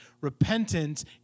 Repentance